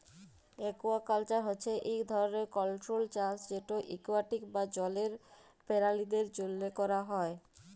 aquaculture হছে ইক ধরলের কল্ট্রোল্ড চাষ যেট একুয়াটিক বা জলের পেরালিদের জ্যনহে ক্যরা হ্যয়